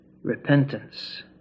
Repentance